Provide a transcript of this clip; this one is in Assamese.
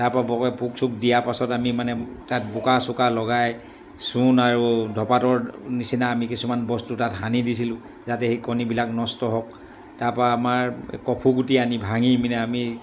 তাৰপৰা বৰকৈ পোক চোক দিয়াৰ পাছত আমি মানে তাত বোকা চোকা লগাই চূণ আৰু ধপাঁতৰ নিচিনা আমি কিছুমান বস্তু তাত সানি দিছিলোঁ যাতে সেই কণীবিলাক নষ্ট হওক তাৰপৰা আমাৰ কফুগুটি আনি ভাঙি পিনে আমি